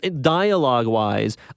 dialogue-wise